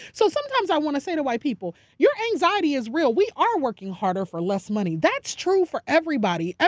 so sometimes i want to say to white people, your anxiety is real, we are working harder for less money, that's true for everybody. ah